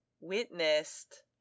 witnessed